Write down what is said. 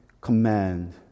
command